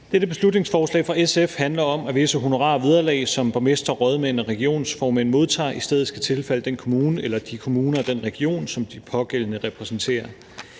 Dette beslutningsforslag fra SF handler om, at visse honorarer og vederlag, som borgmestre, rådmænd og regionsformænd modtager, i stedet skal tilfalde den kommune eller de kommuner og den region, som de pågældende repræsenterer.